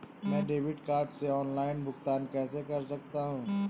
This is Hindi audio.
मैं डेबिट कार्ड से ऑनलाइन भुगतान कैसे कर सकता हूँ?